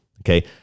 Okay